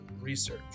research